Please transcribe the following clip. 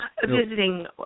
Visiting